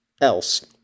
else